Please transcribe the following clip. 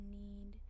need